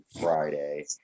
friday